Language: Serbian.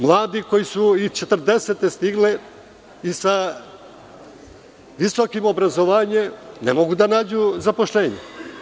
Mladi koji su i 40-te stigle i sa visokim obrazovanjem ne mogu da nađu zaposlenje.